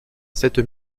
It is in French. cette